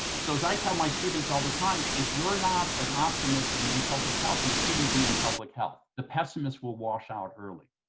so as i tell my students all the time, if you're not an optimist and in public health, you shouldn't be in public health. the pessimists will wash out early.